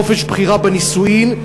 חופש בחירה בנישואים,